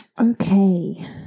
Okay